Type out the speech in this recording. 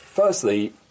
Firstly